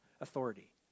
authority